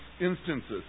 instances